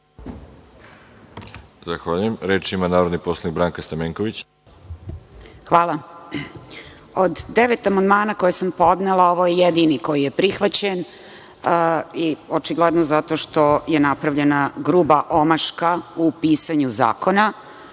Zahvaljujem. Reč ima narodni poslanik Branka Stamenković. **Branka Stamenković** Od devet amandmana koje sam podnela ovo je jedini koji je prihvaćen očigledno zato što je napravljena gruba omaška u pisanju zakona,